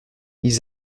ils